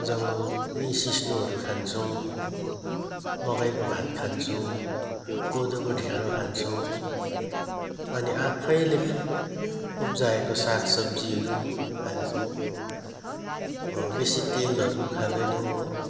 जङ्गल यी सिस्नुहरू खान्छौँ मकैको भात खान्छौँ कोदोको ढेँडो खान्छौँ अनि आफैले उब्जाएको साग सब्जीहरू खान्छौँ बेसी तेलहरू खाँदैनौँ हो